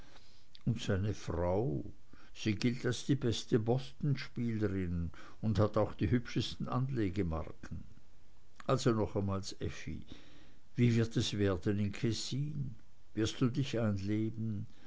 und seine frau sie gilt als die beste bostonspielerin und hat auch die hübschesten anlegemarken also nochmals effi wie wird es werden in kessin wirst du dich einleben